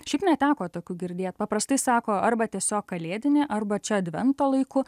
šiaip neteko tokių girdėt paprastai sako arba tiesiog kalėdinė arba čia advento laiku